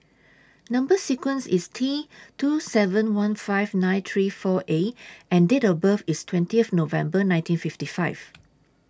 Number sequence IS T two seven one five nine three four A and Date of birth IS twentieth November nineteen fifty five